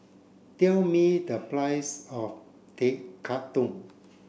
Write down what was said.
tell me the price of Tekkadon